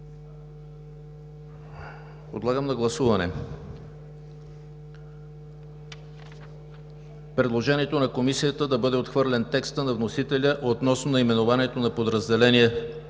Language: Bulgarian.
Подлагам на гласуване предложението на Комисията да бъде отхвърлен текстът на вносителя относно наименованието на подразделението